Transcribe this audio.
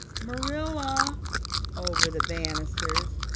marilla over the banisters.